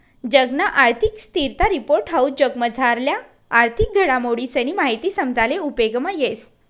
जगना आर्थिक स्थिरता रिपोर्ट हाऊ जगमझारल्या आर्थिक घडामोडीसनी माहिती समजाले उपेगमा येस